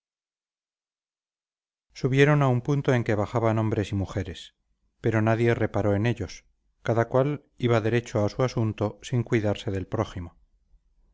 subieron a punto que bajaban hombres y mujeres pero nadie reparó en ellos cada cual iba derecho a su asunto sin cuidarse del prójimo